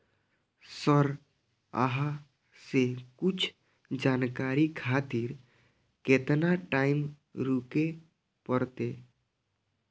Sir अहाँ से कुछ जानकारी खातिर केतना टाईम रुके परतें?